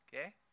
Okay